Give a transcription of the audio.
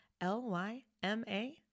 L-Y-M-A